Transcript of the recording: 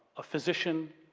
a physician.